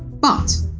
but,